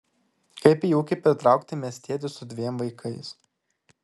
kaip į ūkį pritraukti miestietį su dviem vaikais